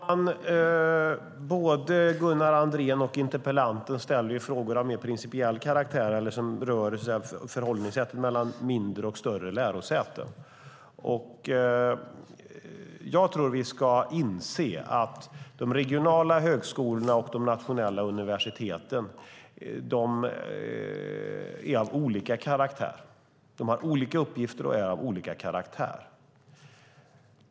Fru talman! Både Gunnar Andrén och interpellanten ställer frågor av mer principiell karaktär som berör förhållandet mellan mindre och större lärosäten. Jag tror att vi ska inse att de regionala högskolorna och de nationella universiteten har olika uppgifter och är av olika karaktär.